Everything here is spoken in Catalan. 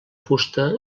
fusta